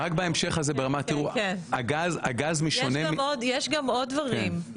יש גם עוד דברים,